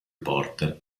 porter